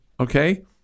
Okay